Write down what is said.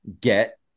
get